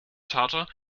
charger